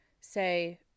say